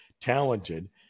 talented